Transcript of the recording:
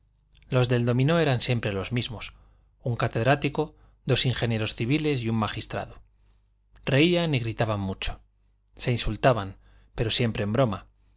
los del dominó eran siempre los mismos un catedrático dos ingenieros civiles y un magistrado reían y gritaban mucho se insultaban pero siempre en broma